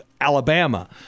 Alabama